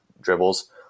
dribbles